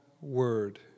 word